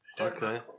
Okay